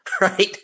right